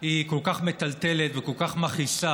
היא כל כך מטלטלת וכל כך מכעיסה,